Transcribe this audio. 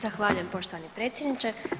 Zahvaljujem poštovani predsjedniče.